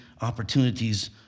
opportunities